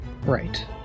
right